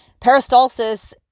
peristalsis